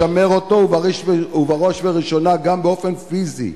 לשמר אותו ובראש ובראשונה גם באופן פיזי,